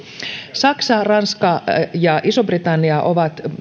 saksa ranska ja iso britannia ovat